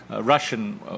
Russian